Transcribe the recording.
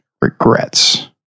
regrets